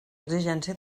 exigència